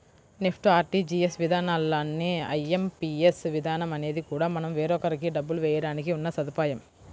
NEFT, RTGS విధానాల్లానే IMPS విధానం అనేది కూడా మనం వేరొకరికి డబ్బులు వేయడానికి ఉన్న సదుపాయం